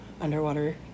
Underwater